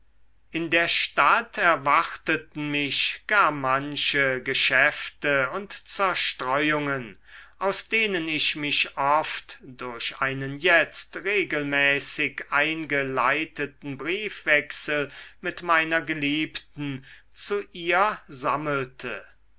in der stadt erwarteten mich gar manche geschäfte und zerstreuungen aus denen ich mich oft durch einen jetzt regelmäßig eingeleiteten briefwechsel mit meiner geliebten zu ihr sammelte